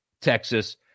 Texas